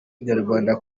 kinyarwanda